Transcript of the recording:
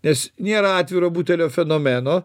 nes nėra atviro butelio fenomeno